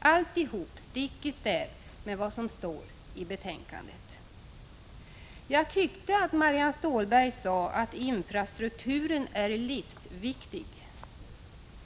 Alltihop stick i stäv mot vad som står i betänkandet. Jag tyckte att Marianne Stålberg sade att infrastrukturen är livsviktig.